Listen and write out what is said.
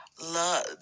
love